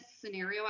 scenario